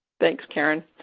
thanks, caren.